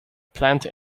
plant